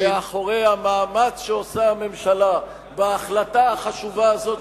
ולעמוד מאחורי המאמץ שהממשלה עושה בהחלטה החשובה הזאת,